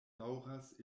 daŭras